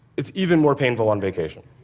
it's even more painful on vacation.